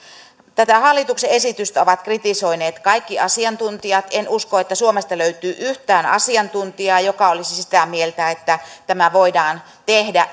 tätä hallituksen esitystä ovat kritisoineet kaikki asiantuntijat en usko että suomesta löytyy yhtään asiantuntijaa joka olisi sitä mieltä että tämä voidaan tehdä